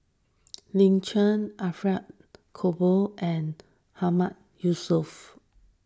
Lin Chen Alfred Cooper and Mahmood Yusof